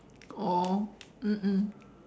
or mm mm